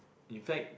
in fact